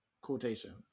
Quotations